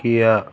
Kia